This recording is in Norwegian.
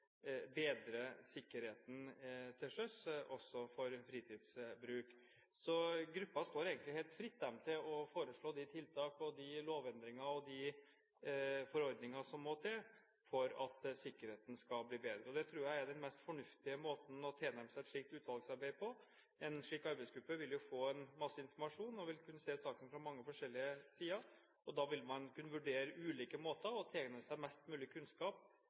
bedre sikkerheten til sjøs også for fritidsbruk. Så gruppen står egentlig helt fritt til å foreslå de tiltak og de lovendringer og forordninger som må til for at sikkerheten skal bli bedre. Det tror jeg er den mest fornuftige måten å tilnærme seg et slikt utvalgsarbeid på. En slik arbeidsgruppe vil jo få en masse informasjon og vil kunne se saken fra mange forskjellige sider. Da vil man kunne vurdere ulike måter for å tilegne seg mest mulig kunnskap